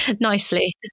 nicely